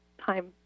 time